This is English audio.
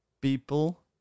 people